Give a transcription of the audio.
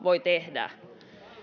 voi tehdä